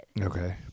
Okay